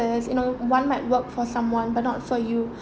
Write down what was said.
whereas you know one might work for someone but not for you